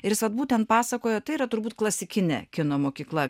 ir jis vat būtent pasakojo tai yra turbūt klasikinė kino mokykla